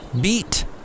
beat